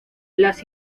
las